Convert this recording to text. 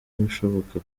ashoboka